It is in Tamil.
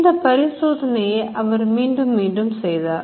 இந்த பரிசோதனையை அவர் மீண்டும் மீண்டும் செய்தார்